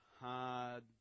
hard